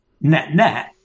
net-net